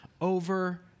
over